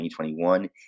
2021